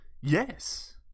Yes